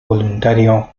voluntario